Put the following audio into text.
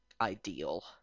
ideal